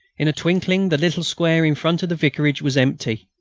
in a twinkling the little square in front of the vicarage was empty.